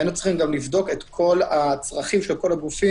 והיינו צריכים גם לבדוק את כל הצרכים של כל הגופים,